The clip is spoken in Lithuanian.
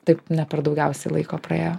taip ne per daugiausiai laiko praėjo